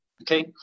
okay